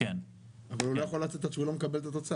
אבל הוא לא יכול לצאת עד שהוא לא מקבל את התוצאה.